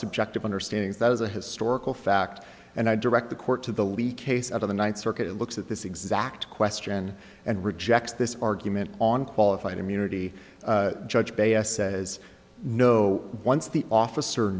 subjective understandings that is a historical fact and i direct the court to the leak case out of the ninth circuit looks at this exact question and rejects this argument on qualified immunity judge b s says no once the officer